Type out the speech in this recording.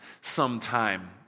sometime